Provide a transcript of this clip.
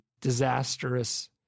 disastrous